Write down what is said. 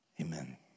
Amen